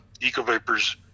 ecovapors